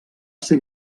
ser